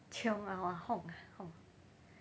chiong ah !wah! hong ah hong ah